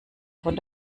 von